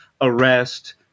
arrest